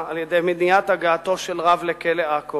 על-ידי מניעת הגעתו של רב לכלא עכו